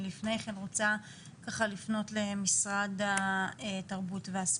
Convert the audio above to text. לפני כן רוצה לפנות למשרד התרבות והספורט.